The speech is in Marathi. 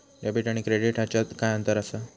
डेबिट आणि क्रेडिट ह्याच्यात काय अंतर असा?